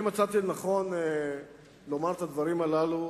מצאתי לנכון לומר את הדברים הללו